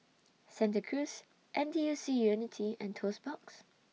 Santa Cruz N T U C Unity and Toast Box